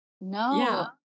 no